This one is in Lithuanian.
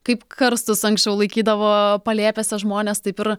kaip karstus anksčiau laikydavo palėpėse žmonės taip ir